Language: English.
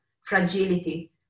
fragility